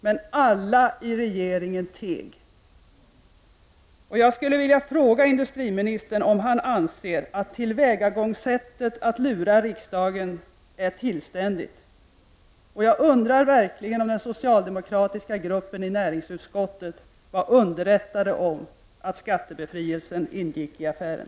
Men alla i regeringen teg. Jag skulle vilja fråga industriministern, om han anser att tillvägagångssättet att lura riksdagen är tillständigt. Jag undrar verkligen om den socialdemokratiska gruppen i näringsutskottet var underrättad om att skattebefrielsen ingick i affären.